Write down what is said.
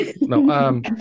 No